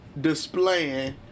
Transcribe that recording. displaying